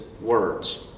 words